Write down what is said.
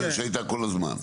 שהייתה כל הזמן.